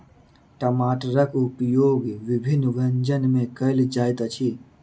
टमाटरक उपयोग विभिन्न व्यंजन मे कयल जाइत अछि